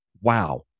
Wow